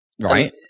Right